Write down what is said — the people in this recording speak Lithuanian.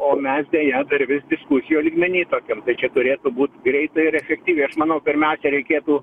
o mes deja dar vis diskusijų lygmeny tokiam tai čia turėtų būt greitai ir efektyviai aš manau pirmiausia reikėtų